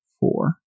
four